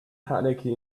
panicky